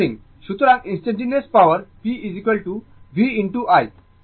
সুতরাং instantaneous power p v I